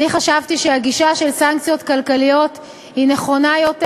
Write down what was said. אני חשבתי שהגישה של סנקציות כלכליות נכונה יותר.